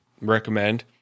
recommend